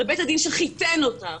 הרי בית הדין שחיתן אותה,